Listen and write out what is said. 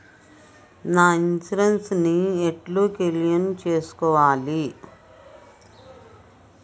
నా ఇన్సూరెన్స్ ని ఎట్ల క్లెయిమ్ చేస్కోవాలి?